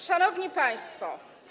Szanowni Państwo!